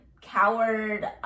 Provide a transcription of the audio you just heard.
coward